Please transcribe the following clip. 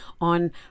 on